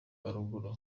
haruguru